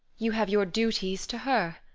you have your duties to her.